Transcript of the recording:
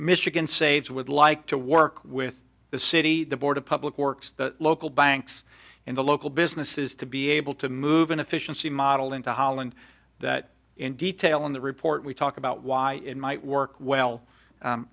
michigan saves would like to work with the city the board of public works the local banks in the local businesses to be able to move in efficiency model into holland that in detail in the report we talk about why it might work well